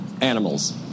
animals